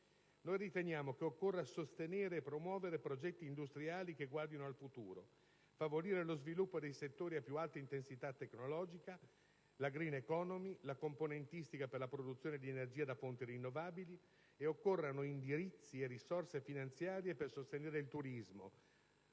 Noi riteniamo che occorra sostenere e promuovere progetti industriali che guardino al futuro, favorire lo sviluppo dei settori a più alta intensità tecnologica, la *green economy* e la componentistica per la produzione di energia da fonti rinnovabili. Riteniamo inoltre che occorrano indirizzi e risorse finanziarie per sostenere il turismo,